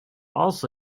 also